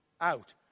out